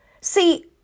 See